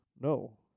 No